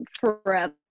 forever